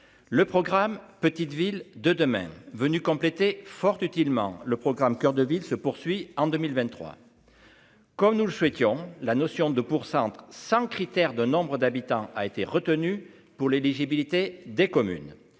le programme Petites Villes de demain venu compléter fort utilement le programme Coeur de ville se poursuit en 2023. Comme nous le souhaitions, la notion de pour 100, sans critères de nombres d'habitants a été retenu pour l'éligibilité des communes